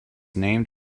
named